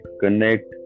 connect